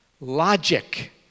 Logic